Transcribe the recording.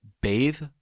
bathe